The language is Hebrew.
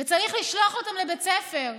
צריך לשלוח אותם לבית ספר,